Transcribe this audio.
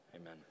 Amen